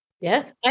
Yes